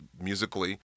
musically